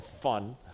fun